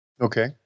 Okay